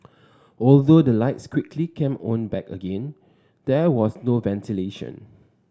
although the lights quickly came on back again there was no ventilation